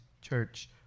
church